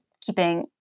keeping